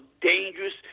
dangerous